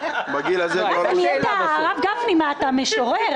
מה, אתה נהיית - הרב גפני, מה אתה משורר?